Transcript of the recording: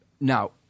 Now